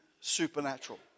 supernatural